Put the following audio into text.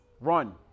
run